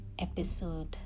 episode